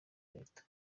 leta